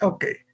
Okay